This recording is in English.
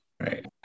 right